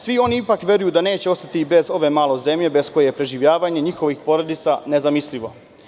Svi oni veruju da neće ostati bez zemlje, bez koje je preživljavanje njihovih porodica nezamislivo.